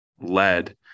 led